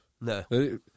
No